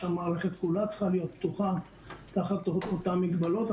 שהמערכת כולה צריכה להיות פתוחה תחת אותם מגבלות.